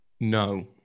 No